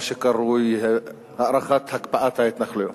שקרוי "הארכת הקפאת הבנייה בהתנחלויות".